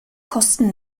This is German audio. kosten